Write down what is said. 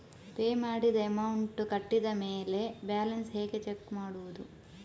Pay ಮಾಡಿದ amount ಕಟ್ಟಿದ ಮೇಲೆ ಬ್ಯಾಲೆನ್ಸ್ ಹೇಗೆ ಚೆಕ್ ಮಾಡುವುದು?